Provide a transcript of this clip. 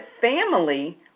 family